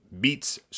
beats